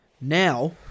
now